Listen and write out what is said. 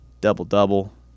Double-double